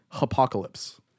apocalypse